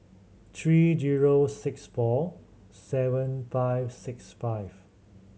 three zero six four seven five six five